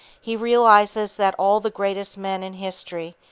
he realizes that all the greatest men in history,